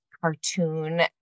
cartoon